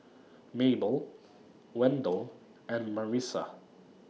Mabell Wendel and Marissa